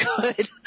good